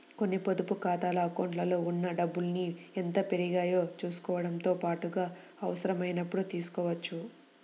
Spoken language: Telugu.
కొన్ని పొదుపు ఖాతాల అకౌంట్లలో ఉన్న డబ్బుల్ని ఎంత పెరిగాయో చూసుకోవడంతో పాటుగా అవసరమైనప్పుడు తీసుకోవచ్చు